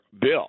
bill